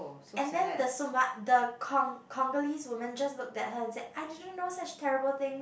and then the Suma~ the the Congolese woman just looked at her and said I didn't know such terrible things